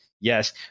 Yes